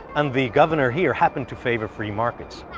and the governor here happened to favor free markets.